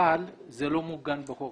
אבל זה לא מעוגן בחוק.